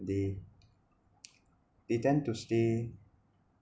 they they tend to stay